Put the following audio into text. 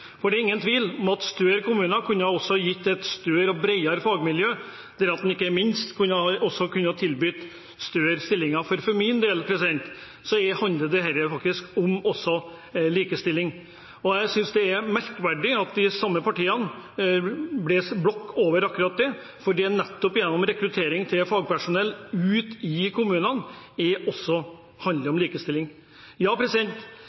kommuner også kunne ha gitt et større og bredere fagmiljø der man ikke minst også kunne ha tilbudt større stillingprosenter. For min del handler dette også om likestilling. Jeg syns det er merkverdig at de samme partiene legger lokk over akkurat det, for nettopp rekruttering av fagpersonell ute i kommunen handler også